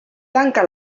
tanca